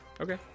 Okay